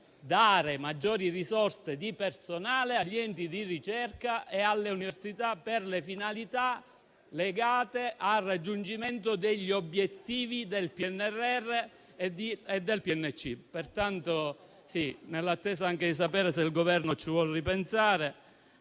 maggiori risorse per il personale degli enti di ricerca e delle università per le finalità legate al raggiungimento degli obiettivi del PNRR e del PNC. Nell'attesa di sapere se il Governo ci vuole ripensare,